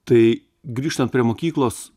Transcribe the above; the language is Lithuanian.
tai grįžtant prie mokyklos